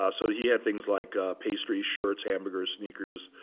ah so that he had things like pastries, shirts, hamburgers, sneakers,